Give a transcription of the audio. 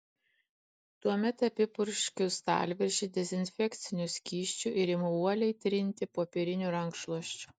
tuomet apipurškiu stalviršį dezinfekciniu skysčiu ir imu uoliai trinti popieriniu rankšluosčiu